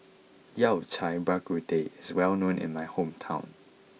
Yao Cai Bak Kut Teh is well known in my hometown